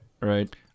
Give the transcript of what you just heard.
right